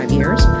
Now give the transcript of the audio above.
years